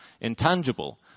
intangible